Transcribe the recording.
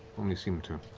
only seemed to